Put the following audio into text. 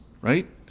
right